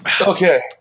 Okay